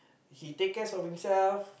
he take cares of himself